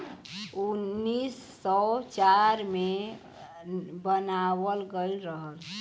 उन्नीस सौ चार मे बनावल गइल रहल